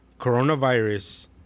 coronavirus